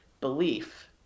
belief